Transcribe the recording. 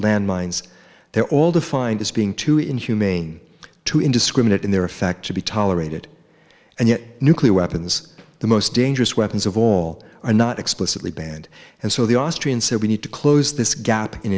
landmines they're all defined as being too inhumane to indiscriminate in their effect to be tolerated and yet nuclear weapons the most dangerous weapons of all are not explicitly banned and so the austrian said we need to close this gap in